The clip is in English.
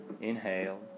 inhale